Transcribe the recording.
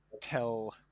tell